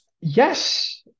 Yes